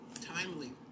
timely